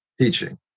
teaching